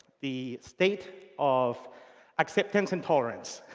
the state of acceptance and tolerance.